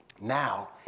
Now